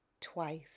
twice